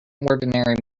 ordinary